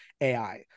AI